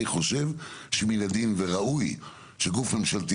אני חושב שמן הדין וראוי שגוף ממשלתי